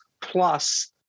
plus